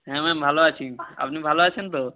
হ্যাঁ ম্যাম ভালো আছি আপনি ভালো আছেন তো